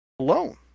alone